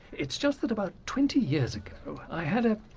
it's just that about twenty years ago, i had a,